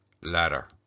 letter